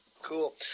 Cool